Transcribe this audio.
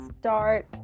start